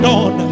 on